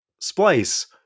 Splice